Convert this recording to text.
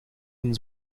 een